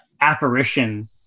apparition